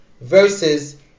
versus